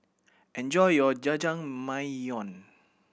enjoy your Jajangmyeon